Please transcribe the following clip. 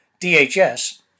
DHS